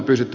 okei